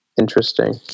interesting